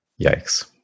Yikes